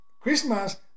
Christmas